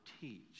teach